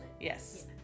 Yes